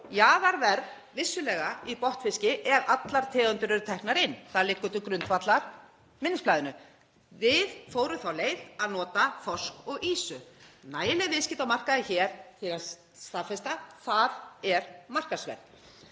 jaðarverð, vissulega í botnfiski ef allar tegundir eru teknar inn. Það liggur til grundvallar minnisblaðinu. Við fórum þá leið að nota þorsk og ýsu, nægileg viðskipti á markaði hér til að staðfesta að það er markaðsverð.